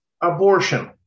Abortion